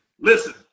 Listen